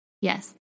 Yes